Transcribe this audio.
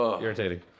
Irritating